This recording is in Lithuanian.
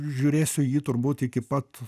žiūrėsiu jį turbūt iki pat